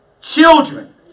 Children